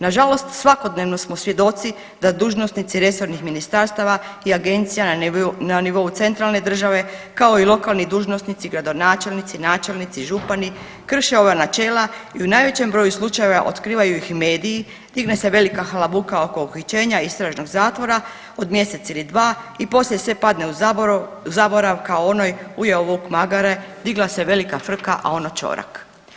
Na žalost, svjedoci smo da dužnosnici resornih ministarstava i agencija na nivou centralne države kao i lokalni dužnosnici, gradonačelnici, načelnici, župani krše ova načela i u najvećem broju slučajeva otkrivaju ih mediji, digne se velika halabuka oko uhićenja, istražnog zatvora od mjesec ili dva i poslije sve padne u zaborav kao onoj „ujeo vuk magare, digla se velika frka a ono ćorak“